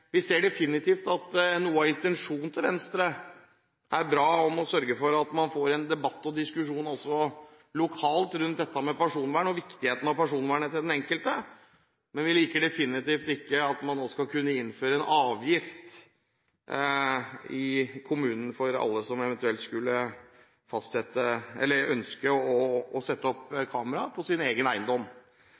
Vi ser definitivt at noe av intensjonen til Venstre er bra, og man sørger for at man får en diskusjon også lokalt rundt personvern og viktigheten av personvernet til den enkelte. Men vi liker definitivt ikke at man skal kunne innføre en avgift i kommunen for alle som skulle ønske å sette opp kamera på sin egen eiendom.